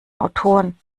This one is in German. autoren